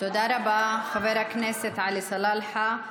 תודה רבה, חבר הכנסת עלי סלאלחה.